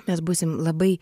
mes būsim labai